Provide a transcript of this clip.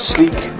Sleek